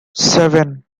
seven